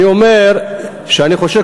אני אומר שאני חושב,